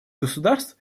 государств